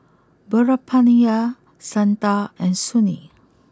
Veerapandiya Santha and Sunil